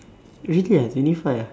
really ah twenty five ah